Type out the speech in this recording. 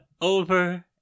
over